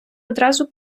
одразу